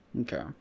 Okay